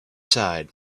side